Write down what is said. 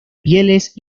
pieles